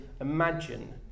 imagine